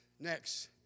Next